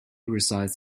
resides